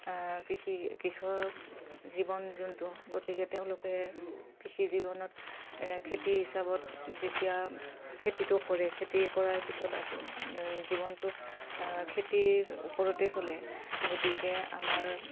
কৃষি কৃষক জীৱন যোনটো গতিকে তেওঁলোকে কৃষি জীৱনত খেতি হিচাপত যেতিয়া খেতিটো কৰে খেতি কৰাৰ পিছত আকৌ জীৱনটো খেতিৰ ওপৰতে চলে গতিকে আমাৰ